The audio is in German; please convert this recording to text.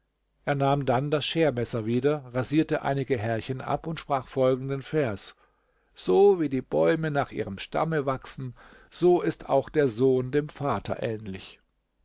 er nahm dann das schermesser wieder rasierte einige härchen ab und sprach folgenden vers so wie die bäume nach ihrem stamme wachsen so ist auch der sohn dem vater ähnlich